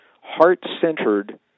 heart-centered